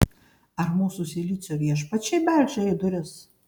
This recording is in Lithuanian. ar mūsų silicio viešpačiai beldžia į duris